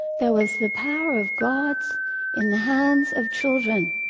there was the power of gods in the hands of children,